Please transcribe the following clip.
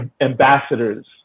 ambassadors